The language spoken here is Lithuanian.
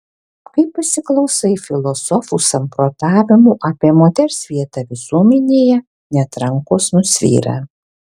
kai pasiklausai filosofų samprotavimų apie moters vietą visuomenėje net rankos nusvyra